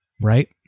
Right